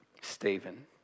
Stephen